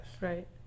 right